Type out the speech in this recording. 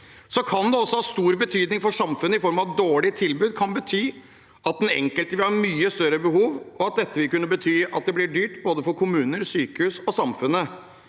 Det kan også ha stor betydning for samfunnet, i form av at et dårlig tilbud kan bety at den enkelte vil ha mye større behov. Det vil kunne bety at det blir dyrt både for kommuner, sykehus og samfunnet.